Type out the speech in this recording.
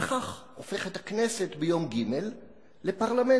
וכך הופכת הכנסת ביום ג' לפרלמנט.